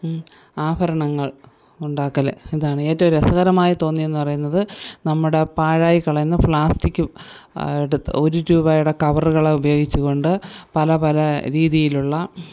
ആഭരണങ്ങൾ ഉണ്ടാക്കല് ഇതാണ് ഏറ്റവും രസകരമായി തോന്നിയതെന്ന് പറയുന്നത് നമ്മുടെ പാഴായിക്കളയുന്ന പ്ലാസ്റ്റിക്കും എടുത്ത് ഒരു രൂപയുടെ കവറുകള് ഉപയോഗിച്ചുകൊണ്ട് പല പല രീതിയിലുള്ള